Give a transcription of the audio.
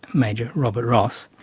major robert ross,